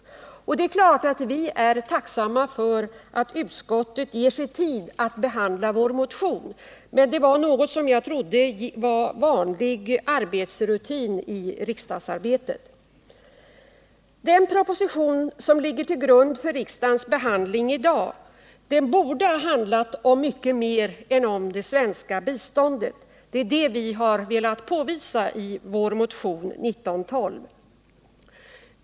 Jag vill till detta säga att vi självfallet är tacksamma för att utskottet ger sig tid att behandla vår motion, men jag trodde att detta var något som var vanlig arbetsrutin i riksdagsarbetet. Den proposition som ligger till grund för riksdagens behandling i dag borde ha handlat om mycket mer än om det svenska biståndet. Det är detta vi velat påvisa i vår motion 1912.